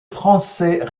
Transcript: français